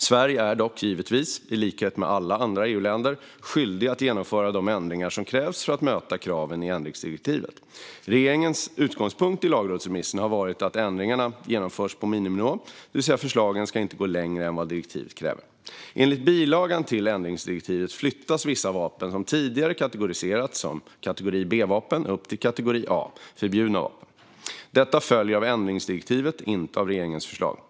Sverige är dock givetvis - i likhet med alla andra EU-länder - skyldigt att genomföra de ändringar som krävs för att möta kraven i ändringsdirektivet. Regeringens utgångspunkt i lagrådsremissen har varit att ändringarna genomförs på miniminivå, det vill säga att förslagen inte ska gå längre än vad direktivet kräver. Enligt bilagan till ändringsdirektivet flyttas vissa vapen som tidigare kategoriserats som kategori B-vapen upp till kategori A, förbjudna vapen. Detta följer av ändringsdirektivet och inte av regeringens förslag.